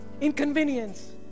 Inconvenience